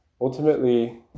ultimately